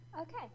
Okay